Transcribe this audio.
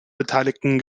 beteiligten